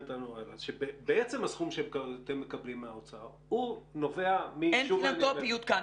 שבעצם הסכום שאתם מקבלים מהאוצר הוא נובע --- אין פילנטרופיות כאן.